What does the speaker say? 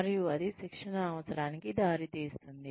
మరియు అది శిక్షణ అవసరానికి దారితీస్తుంది